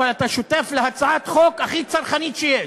אבל אתה שותף להצעת חוק הכי צרכנית שיש,